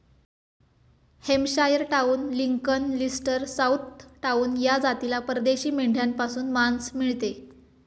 Hampshire down, Lincoln, Leicester, Southdown या जातीला परदेशी मेंढ्यांपासून मांस मिळते